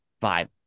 five